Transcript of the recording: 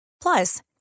Plus